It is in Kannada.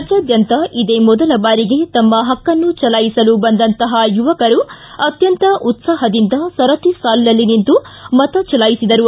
ರಾಜ್ಯಾದ್ಯಂತ ಇದೇ ಮೊದಲ ಬಾರಿಗೆ ತಮ್ನ ಹಕ್ಕನ್ನು ಚಲಾಯಿಸಲು ಬಂದಂತಹ ಯುವಕರು ಅತ್ಯಂತ ಉತ್ಸಾಹದಿಂದ ಸರತಿ ಸಾಲಿನಲ್ಲಿ ನಿಂತು ಮತ ಚಲಾಯಿಸಿದರು